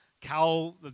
cow